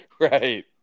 Right